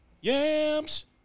yams